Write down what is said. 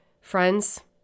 Friends